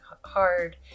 hard